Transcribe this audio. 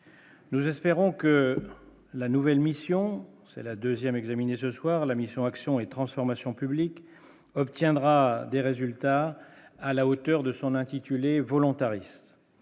Nous espérons que la nouvelle mission c'est la deuxième examiner ce soir la mission action et transformation publiques obtiendra des résultats à la hauteur de son intitulé volontariste,